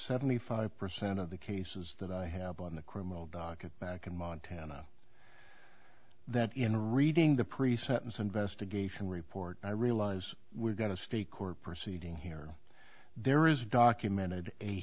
seventy five percent of the cases that i have on the criminal docket back in montana that in reading the pre sentence investigation report i realize we've got to speak court proceeding here there is documented a